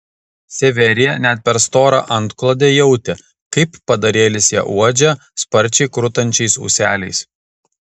severija net per storą antklodę jautė kaip padarėlis ją uodžia sparčiai krutančiais ūseliais